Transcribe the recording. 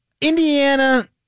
Indiana